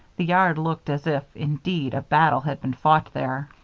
the yard looked as if, indeed, a battle had been fought there.